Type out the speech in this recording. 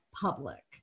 public